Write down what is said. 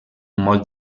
molt